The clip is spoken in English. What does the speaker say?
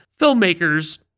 Filmmakers